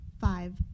Five